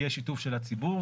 יהיה שיתוף של הציבור.